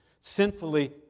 sinfully